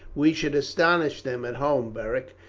we should astonish them at home, beric,